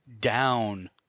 down